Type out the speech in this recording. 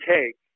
take